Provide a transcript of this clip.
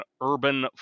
urban –